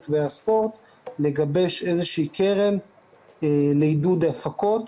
והספורט לגבש איזושהי קרן לעידוד הפקות,